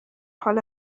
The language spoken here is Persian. حال